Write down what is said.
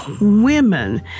women